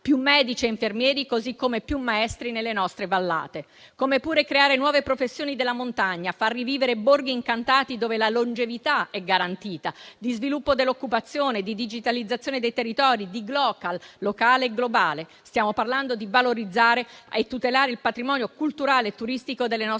(più medici e infermieri, così come più maestri nelle nostre vallate). Stiamo parlando di misure che possano creare nuove professioni della montagna, far rivivere borghi incantati, dove la longevità è garantita, e promuovere lo sviluppo dell'occupazione, la digitalizzazione dei territori e la geolocalizzazione, locale e globale. Stiamo parlando di valorizzare e tutelare il patrimonio culturale e turistico delle nostre zone